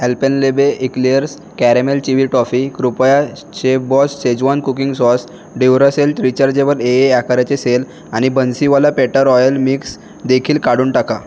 Alpenliebe eclairs caramel chewy toffee कृपया chef boss schezwan cooking sauce Duracell rechargeable A A आकाराचे cell आणि Bansiwala butter oil mix देखील काढून टाका